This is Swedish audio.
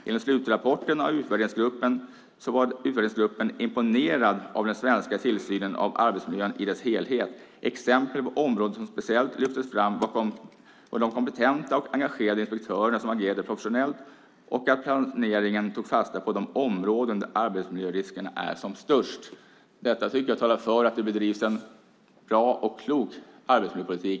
Enligt slutrapporten var utvärderingsgruppen imponerad av den svenska tillsynen av arbetsmiljön i dess helhet. Exempel på områden som speciellt lyftes fram var de kompetenta och engagerade inspektörerna som agerade professionellt och att planeringen tog fasta på de områden där arbetsmiljöriskerna är som störst." Detta tycker jag talar för att regeringen bedriver en bra och klok arbetsmiljöpolitik.